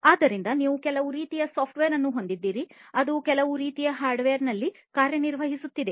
ಆದ್ದರಿಂದ ನೀವು ಕೆಲವು ರೀತಿಯ ಸಾಫ್ಟ್ವೇರ್ ಅನ್ನು ಹೊಂದಿದ್ದೀರಿ ಅದು ಕೆಲವು ರೀತಿಯ ಹಾರ್ಡ್ವೇರ್ನಲ್ಲಿ ಕಾರ್ಯನಿರ್ವಹಿಸುತ್ತಿದೆ